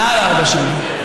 מעל ארבע שנים.